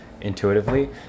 intuitively